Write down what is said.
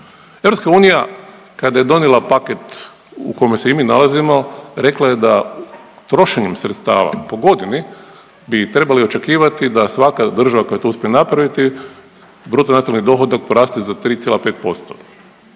više. EU kada je donijela paket u kome se i mi nalazimo rekla je da trošenjem sredstava po godini bi trebali očekivati da svaka država koja to uspije napraviti, bruto …/Govornik se ne razumije/… dohodak poraste za 3,5%